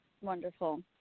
Wonderful